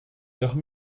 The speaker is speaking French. leurs